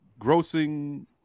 grossing